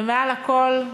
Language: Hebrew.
ומעל הכול,